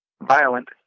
violent